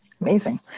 amazing